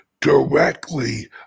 directly